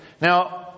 Now